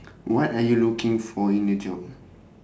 what are you looking for in a job